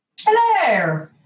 Hello